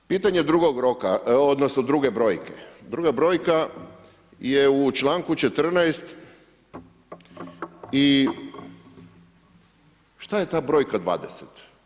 Pitanje drugog roka, odnosno druge brojke, druga brojka je u članku 14 i šta je ta brojka 20?